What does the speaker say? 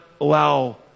allow